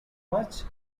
much